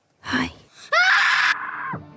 Hi